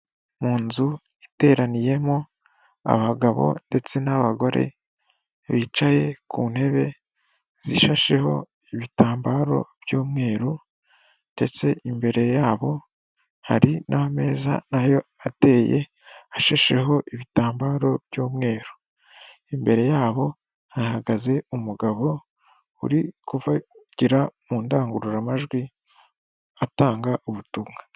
Mu nzu iteraniyemo abagabo ndetse n'abagore bicaye ku ntebe zishasheho ibitambaro by'umweru, ndetse imbere yabo hari n'ameza nayo ateye ashesheho ibitambaro by'umweru, imbere yabo hahagaze umugabo uri kuvugira mu ndangururamajwi atanga ubutumwa.